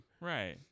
Right